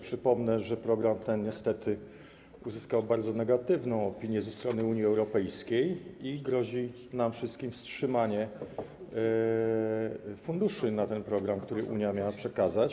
Przypomnę, że program ten niestety uzyskał bardzo negatywną opinię Unii Europejskiej i grozi nam wszystkim wstrzymanie funduszy na ten program, które Unia miała przekazać.